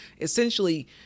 essentially